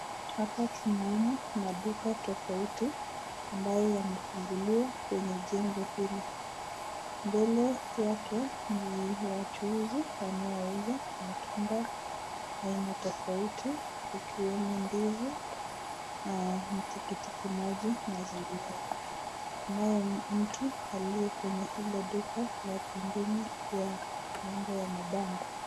Hapa tunaona maduka tofauti, ambayo yamefunguliwa kwenye jengo hili. Mbele yake ni ,wachuuzi wanaouza matunda aina tofauti, ikiwemo ndizi, tikitiki maji na zinginezo. Kunayo mtu aliye kwenye ile duka ya pembeni ya mambo ya mabango.